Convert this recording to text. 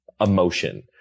emotion